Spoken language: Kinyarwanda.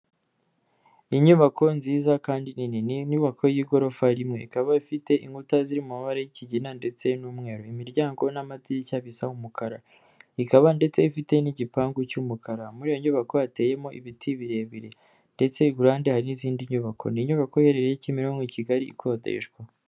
Inyubako nziza kandi nini, ni inyubako y'igorofa rimwe, ikaba ifite inkuta ziri mu mabara y'ikigina ndetse n'umweru, imiryango n'amadishya bisa umukara, ikaba ndetse ifite n'igipangu cy'umukara, muri iyo nyubako hateyemo ibiti birebire ndetse iruhande hari n'izindi nyubako, ni inyubako iherereye Kimironko, i Kigali ikodeshwa.